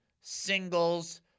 singles